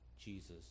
Jesus